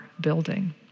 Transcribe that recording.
building